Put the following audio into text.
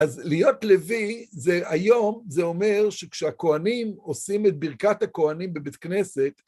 אז להיות לוי, היום זה אומר שכשהכהנים עושים את ברכת הכהנים בבית כנסת